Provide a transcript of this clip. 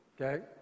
okay